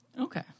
Okay